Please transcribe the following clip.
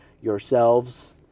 yourselves